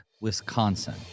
Wisconsin